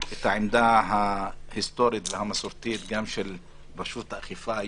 את העמדה ההיסטורית והמסורתית גם של רשות האכיפה היום.